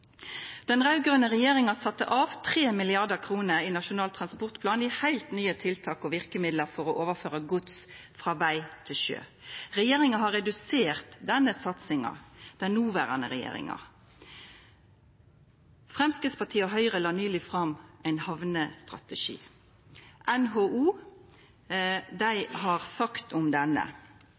Den raud-grøne regjeringa sette av 3 mrd. kr i Nasjonal transportplan til heilt nye tiltak og verkemiddel for å overføra gods frå veg til sjø. Den noverande regjeringa har redusert denne satsinga. Framstegspartiet og Høgre la nyleg fram ein hamnestrategi. NHO har sagt om denne: